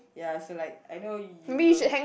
ya so like I know you'll